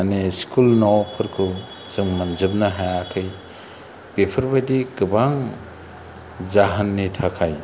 मानि स्कुल न'फोरखौ जों मोनजोबनो हायाखै बेफोरबायदि गोबां जाहोननि थाखाय